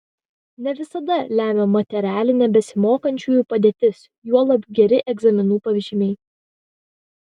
ne visada lemia materialinė besimokančiųjų padėtis juolab geri egzaminų pažymiai